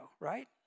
right